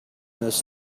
this